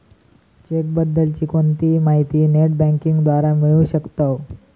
check बद्दल ची कोणतीही माहिती नेट बँकिंग द्वारा मिळू शकताव